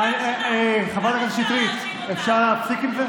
להאשים אותנו.